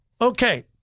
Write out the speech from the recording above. Okay